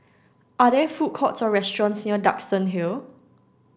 are there food courts or restaurants near Duxton Hill